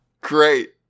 Great